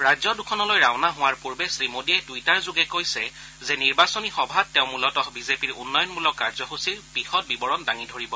ৰাজ্য দুখনলৈ ৰাওনা হোৱাৰ পূৰ্বে শ্ৰীমোডীয়ে টুইটাৰযোগে কৈছে যে নিৰ্বাচনী সভাত তেওঁ মূলতঃ বিজেপিৰ উন্নয়নমূলক কাৰ্যসূচীৰ বিশদ বিৱৰণ দাঙি ধৰিব